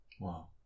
Wow